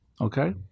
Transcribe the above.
okay